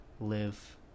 live